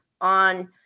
on